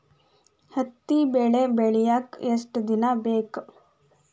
ಹತ್ತಿ ಬೆಳಿ ಬೆಳಿಯಾಕ್ ಎಷ್ಟ ದಿನ ಬೇಕ್?